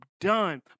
done